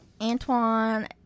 Antoine